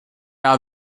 are